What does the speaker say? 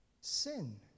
sin